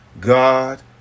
God